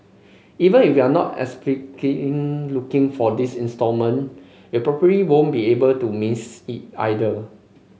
even if you are not explicitly looking for this installment you probably won't be able to miss it either